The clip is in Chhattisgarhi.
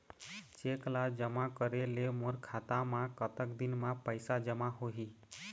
चेक ला जमा करे ले मोर खाता मा कतक दिन मा पैसा जमा होही?